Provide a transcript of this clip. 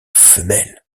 femelle